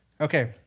Okay